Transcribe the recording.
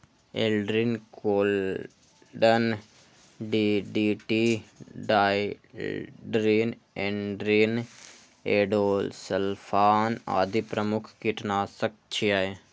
Aldrin, chlordane, DDT, dieldrin, endrin, endosulfan आदि प्रमुख कीटनाशक छियै